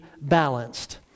balanced